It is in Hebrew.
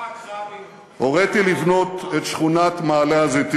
יצחק רבין חתם על הר-חומה.